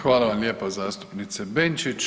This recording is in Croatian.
Hvala vam lijepo zastupnice Benčić.